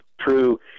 true